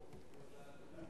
חברי חברי הכנסת,